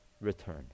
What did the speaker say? return